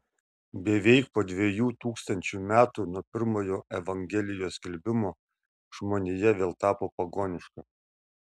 beveik po dviejų tūkstančių metų nuo pirmojo evangelijos skelbimo žmonija vėl tapo pagoniška